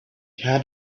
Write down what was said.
had